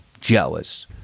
Jealous